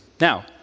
now